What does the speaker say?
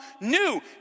new